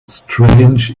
strange